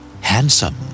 Handsome